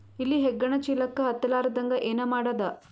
ಇಲಿ ಹೆಗ್ಗಣ ಚೀಲಕ್ಕ ಹತ್ತ ಲಾರದಂಗ ಏನ ಮಾಡದ?